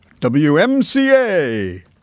WMCA